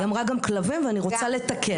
היא אמרה גם כלבים ואני רוצה לתקן.